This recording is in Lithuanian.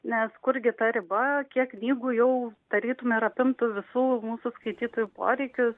nes kurgi ta riba kiek knygų jau tarytum ir apimtų visų mūsų skaitytojų poreikius